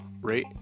rate